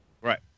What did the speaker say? Right